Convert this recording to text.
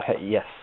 Yes